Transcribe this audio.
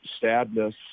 sadness